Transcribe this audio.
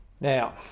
Now